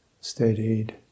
steadied